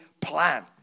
plan